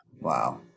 Wow